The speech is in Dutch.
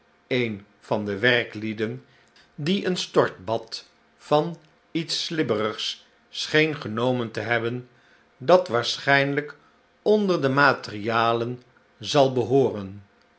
een van de werklieden die een stortbad van iets slibberigs scheen genomen te hebben dat waarschijnlijk onder de material en zal behooren